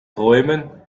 träumen